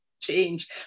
change